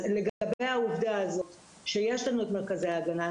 אז לגבי העובדה שיש לנו את מרכזי ההגנה,